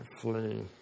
flee